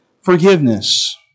forgiveness